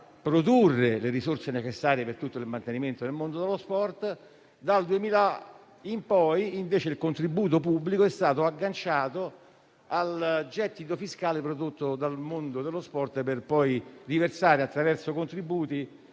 produrre risorse necessarie per il mantenimento di tutto il mondo dello sport. Dal 2000 in poi, invece, il contributo pubblico è stato agganciato al gettito fiscale prodotto dal mondo del sport, per poi riversare, attraverso contributi,